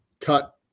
cut –